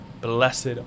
Blessed